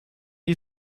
you